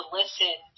listen